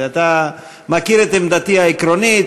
אתה מכיר את עמדתי העקרונית,